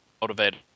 motivated